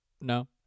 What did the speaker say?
No